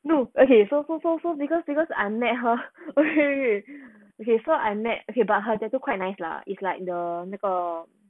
no okay so so so so because because I met her okay okay so I met her but her tattoo quite nice lah it's like the 那个